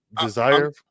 desire